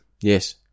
Yes